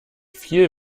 viel